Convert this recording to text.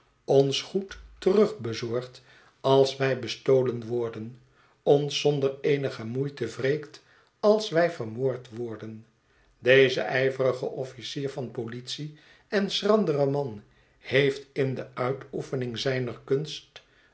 ons goed terug bezorgt ais wij bestolen worden ons zonder eenige moeite wreekt als wij vermoord worden beze ijverige officier van politie en schandere man heeft in de uitoefening zijner kunst